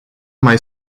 mai